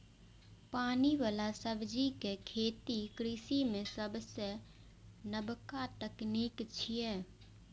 पानि बला सब्जी के खेती कृषि मे सबसं नबका तकनीक छियै